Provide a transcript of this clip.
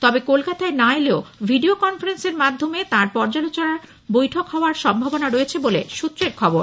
তবে কলকাতায় না এলেও ভিডিও কনফারেন্স এর মাধ্যমে তাঁর পর্যালোচনা বৈঠক হওয়ার সম্ভাবনা রয়েছে বলে সৃত্রের খবর